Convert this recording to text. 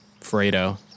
Fredo